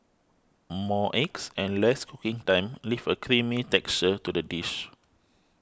more eggs and less cooking time leave a creamy texture to the dish